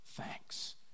thanks